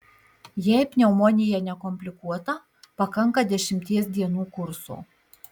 jei pneumonija nekomplikuota pakanka dešimties dienų kurso